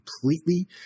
completely